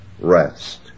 rest